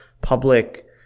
public